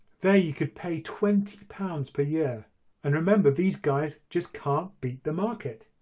there you could pay twenty pounds per year and remember these guys just can't beat the market.